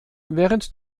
während